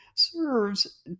serves